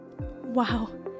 Wow